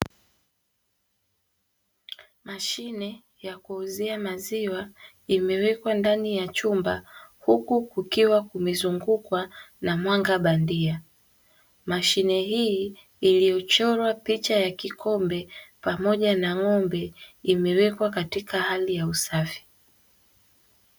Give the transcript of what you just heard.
Mashine ya kuuzia maziwa imewekwa ndani ya chumba huku kukiwa kumezungukwa na mwanga bandia, mashine hii iliyochorwa picha ya kikombe pamoja na ng'ombe imewekwa katika hali ya usafi.